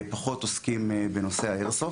פחות עוסקים בנושא האיירסופט.